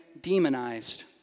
demonized